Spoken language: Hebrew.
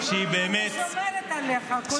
אני שומרת עליך, הכול טוב.